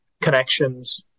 connections